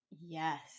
Yes